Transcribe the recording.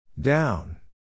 Down